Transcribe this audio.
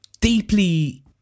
deeply